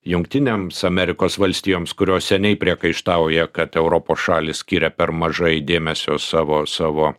jungtinėms amerikos valstijoms kurios seniai priekaištauja kad europos šalys skiria per mažai dėmesio savo savo